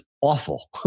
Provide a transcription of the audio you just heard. awful